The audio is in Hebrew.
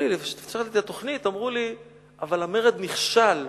כשהגשתי את התוכנית אמרו לי: אבל המרד נכשל.